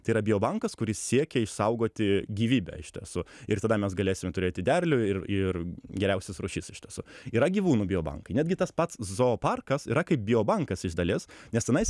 tai yra bio bankas kuris siekia išsaugoti gyvybę iš tiesų ir tada mes galėsime turėti derlių ir ir geriausias rūšis iš tiesų yra gyvūnų biobankai netgi tas pats zooparkas yra kaip bio bankas iš dalies nes tenais